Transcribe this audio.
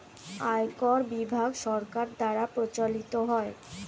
আয়কর বিভাগ সরকার দ্বারা পরিচালিত হয়